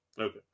Okay